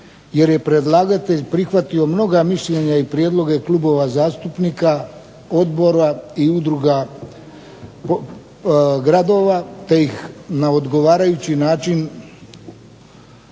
jer je predlagatelj prihvatio mnoga mišljenja i prijedloge klubova zastupnika, odbora i udruga gradova te ih na odgovarajući način ugradio